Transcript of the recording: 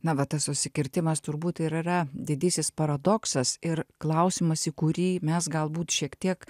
na va tas susikirtimas turbūt ir yra didysis paradoksas ir klausimas į kurį mes galbūt šiek tiek